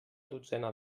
dotzena